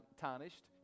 tarnished